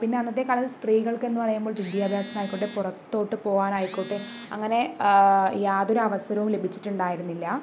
പിന്നെ അന്നത്തെ കാലത്ത് സ്ത്രീകൾക്ക് എന്ന് പറയുമ്പോൾ വിദ്യാഭ്യാസമായിക്കോട്ടെ പുറത്തോട്ട് പോകാൻ ആയിക്കോട്ടെ അങ്ങനെ യാതൊരു അവസരവും ലഭിച്ചിട്ടുണ്ടായിരുന്നില്ല